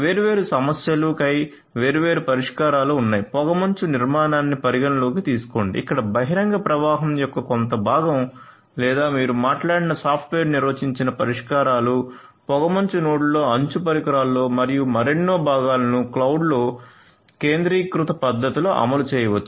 వేర్వేరు సమస్యలు కై వేర్వేరు పరిష్కారాలు ఉన్నాయి పొగమంచు నిర్మాణాన్ని పరిగణనలోకి తీసుకోండి ఇక్కడ బహిరంగ ప్రవాహం యొక్క కొంత భాగం లేదా మీరు మాట్లాడిన సాఫ్ట్వేర్ నిర్వచించిన పరిష్కారాలు పొగమంచు నోడ్లలో అంచు పరికరాల్లో మరియు మరెన్నో భాగాలను క్లౌడ్లో కేంద్రీకృత పద్ధతిలో అమలు చేయవచ్చు